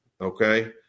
okay